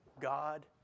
God